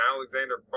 Alexander